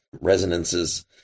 resonances